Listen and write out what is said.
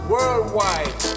Worldwide